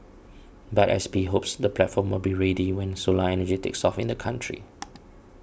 but S P hopes the platform would be ready when solar energy takes off in the country